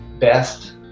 best